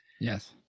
yes